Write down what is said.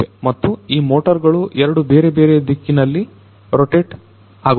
ಮತ್ತು ಈ ಮೋಟರ್ ಗಳು ಎರಡು ಬೇರೆ ಬೇರೆ ದಿಕ್ಕಿನಲ್ಲಿ ರೋಟೆಟ್ ಆಗುತ್ತವೆ